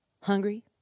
hungry